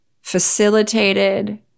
facilitated